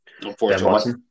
Unfortunately